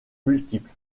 multiple